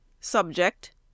Subject